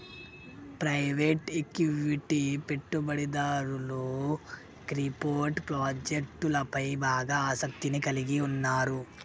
private equity పెట్టుబడిదారులు crypto ప్రాజెక్టులపై బాగా ఆసక్తిని కలిగి ఉన్నరు